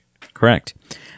Correct